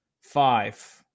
five